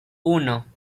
uno